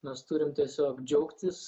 mes turim tiesiog džiaugtis